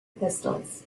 pistols